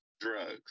drugs